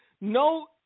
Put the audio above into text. no